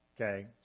Okay